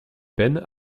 peine